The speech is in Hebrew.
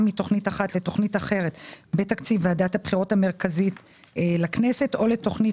מתוכנית אחת לתוכנית אחרת בתקציב ועדת הבחירות המרכזית לכנסת או לתוכנית